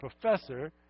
professor